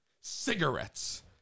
cigarettes